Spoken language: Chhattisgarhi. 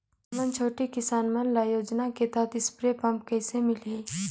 हमन छोटे किसान मन ल योजना के तहत स्प्रे पम्प कइसे मिलही?